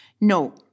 No